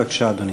בבקשה, אדוני.